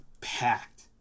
packed